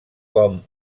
com